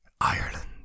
Ireland